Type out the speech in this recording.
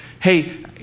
hey